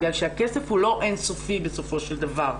בגלל שהכסף אינו אין סופי בסופו של דבר,